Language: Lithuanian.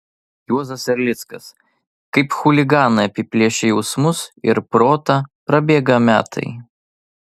juozas erlickas kaip chuliganai apiplėšę jausmus ir protą prabėga metai